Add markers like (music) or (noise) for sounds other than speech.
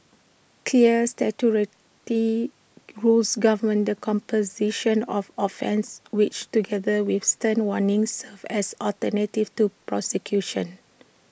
clear (unintelligible) rules govern the composition of offences which together with stern warnings serve as alternatives to prosecution